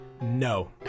No